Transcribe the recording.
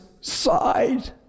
side